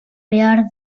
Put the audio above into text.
behar